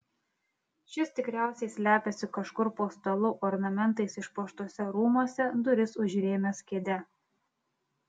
šis tikriausiai slepiasi kažkur po stalu ornamentais išpuoštuose rūmuose duris užrėmęs kėde